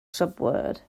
subword